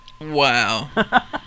wow